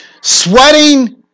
sweating